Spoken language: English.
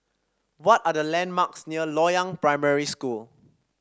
what are the landmarks near Loyang Primary School